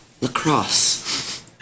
LaCrosse